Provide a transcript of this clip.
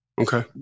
Okay